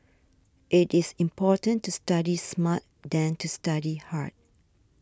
it is important to study smart than to study hard